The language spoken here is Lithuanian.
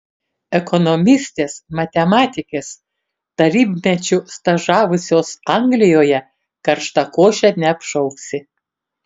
ekonomistės matematikės tarybmečiu stažavusios anglijoje karštakoše neapšauksi